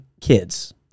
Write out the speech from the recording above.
kids